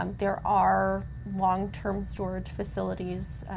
um there are long-term storage facilities